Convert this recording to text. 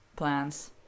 plans